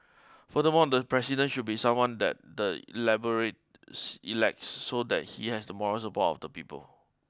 furthermore the President should be someone that the elaborates elects so that he has the moral support of the people